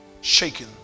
shaken